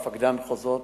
מפקדי המחוזות,